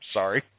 Sorry